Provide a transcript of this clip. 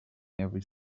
every